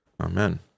Amen